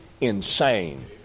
insane